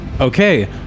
Okay